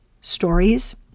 stories